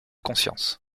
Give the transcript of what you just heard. conscience